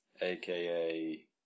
aka